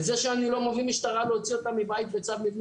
את זה שאני לא מביא משטרה להוציא אותה מבית בצו מבנים